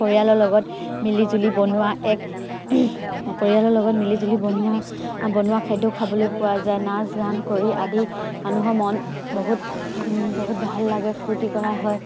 পৰিয়ালৰ লগত মিলিজুলি বনোৱা এক পৰিয়ালৰ লগত মিলিজুলি বনোৱা বনোৱা খাদ্যও খাবলৈ পোৱা যায় নাচ গান কৰি আদি মানুহৰ মন বহুত বহুত ভাল লাগে ফূৰ্তি কৰা হয়